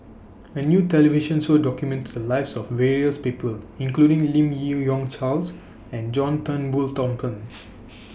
A New television Show documented The Lives of various People including Lim Yi Yong Charles and John Turnbull Thomson